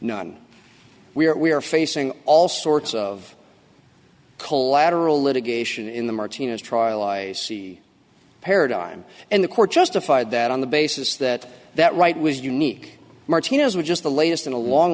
none we are facing all sorts of collateral litigation in the martinez trial i see paradigm and the court justified that on the basis that that right was unique martinez was just the latest in a long